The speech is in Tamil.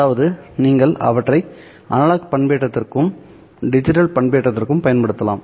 அதாவது நீங்கள் அவற்றை அனலாக் பண்பேற்றத்திற்கும் டிஜிட்டல் பண்பேற்றத்திற்கும் பயன்படுத்தலாம்